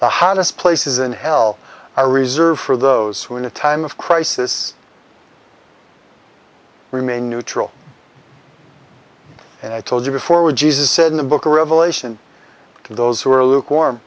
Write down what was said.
the hottest places in hell are reserved for those who are in a time of crisis remain neutral and i told you before with jesus said in the book of revelation to those who are lukewarm